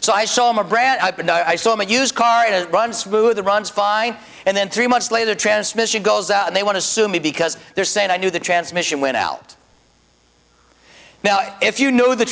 so i saw my brand i saw my used car and it runs smoother runs fine and then three months later transmission goes out and they want to sue me because they're saying i knew the transmission went out if you know the